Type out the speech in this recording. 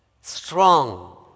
strong